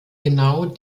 genau